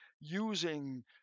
using